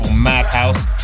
Madhouse